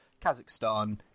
Kazakhstan